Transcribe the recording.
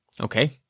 okay